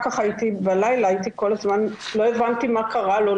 כך הייתי בלילה הייתי כל הזמן לא הבנתי מה קרה לו,